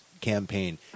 campaign